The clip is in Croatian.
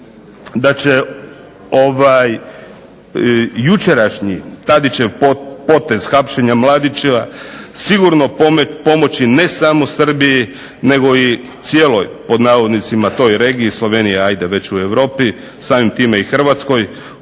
da će jučerašnji Tadić potez hapšenja Mladića sigurno pomoći ne samo Srbiji nego "cijeloj regiji", ajde Slovenija je već u Europi, samim time i Hrvatskoj,